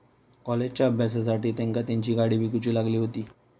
कॉलेजच्या अभ्यासासाठी तेंका तेंची गाडी विकूची लागली हुती